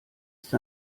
ist